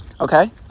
Okay